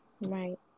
right